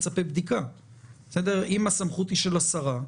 אם הסמכות היא של השרה,